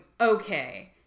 okay